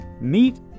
meet